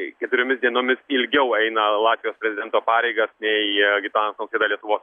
keturiomis dienomis ilgiau eina latvijos prezidento pareigas nei gitanas nausėda lietuvos